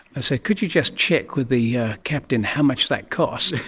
i said, could you just check with the captain how much that cost?